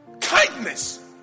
kindness